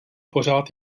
pořád